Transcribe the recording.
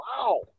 Wow